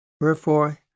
Wherefore